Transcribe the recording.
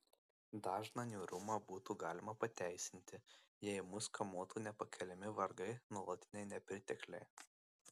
dažną niūrumą būtų galima pateisinti jei mus kamuotų nepakeliami vargai nuolatiniai nepritekliai